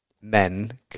men